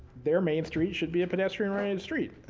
their main street should be a pedestrian oriented street.